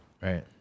Right